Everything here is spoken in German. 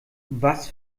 was